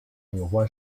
有关